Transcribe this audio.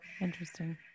interesting